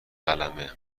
قلمه